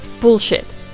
Bullshit